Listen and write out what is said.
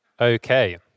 Okay